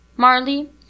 Marley